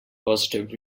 positive